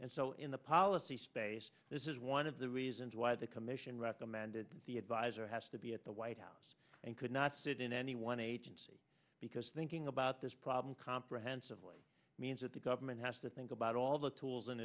and so in the policy space this is one of the reasons why the commission recommended the advisor has to be at the white house and could not sit in any one agency because thinking about this problem comprehensively means that the government has to think about all the tools